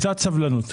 קצת סבלנות.